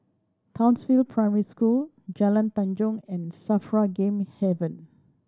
Townsville Primary School Jalan Tanjong and SAFRA Game Haven